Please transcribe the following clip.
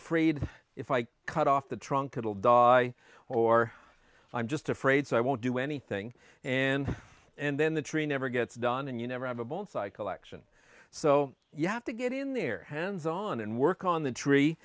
afraid if i cut off the trunk little die or i'm just afraid so i won't do anything and and then the tree never gets done and you never have a bone cycle action so you have to get in their hands on and work on the tree